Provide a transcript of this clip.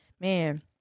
man